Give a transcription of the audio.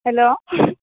hello